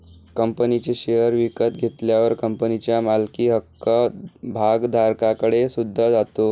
कंपनीचे शेअर विकत घेतल्यावर कंपनीच्या मालकी हक्क भागधारकाकडे सुद्धा जातो